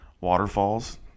Waterfalls